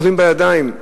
אוכלים בידיים,